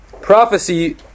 prophecy